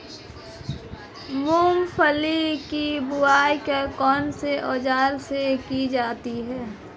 मूंगफली की बुआई कौनसे औज़ार से की जाती है?